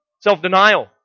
self-denial